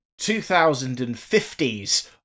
2050s